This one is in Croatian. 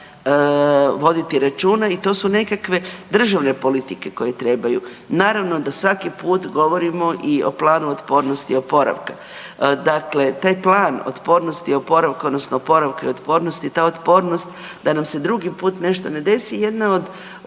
to treba voditi računa i to su nekakve državne politike koje trebaju. Naravno da svaki put govorimo i o planu otpornosti i oporavka. Dakle, taj plan otpornosti i oporavka, odnosno oporavka i otpornosti, ta otpornost, da nam se drugi put nešto ne desi, jedna od